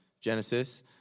Genesis